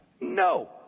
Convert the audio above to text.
No